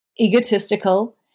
egotistical